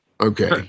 Okay